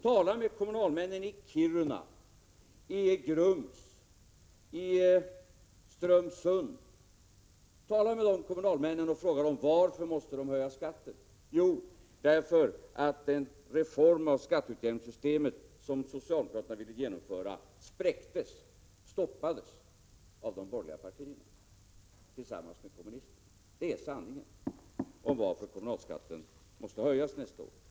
Tala med kommunalmännen i Kiruna, i Grums eller i Strömsund och fråga dem varför de måsta höja skatten. Svaret är: Jo, därför att den reform beträffande skatteutjämningssystemet som socialdemokraterna ville genomföra spräcktes, stoppades, av de borgerliga partierna tillsammans med kommunisterna. Det är sanningen när det gäller frågan varför kommunalskatten måste höjas nästa år.